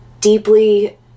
deeply